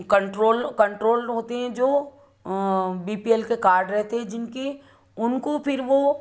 control controlled होते हैं जो बी पी एल के कार्ड रहते जिनकी उनको फ़िर वह